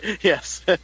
Yes